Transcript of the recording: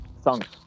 songs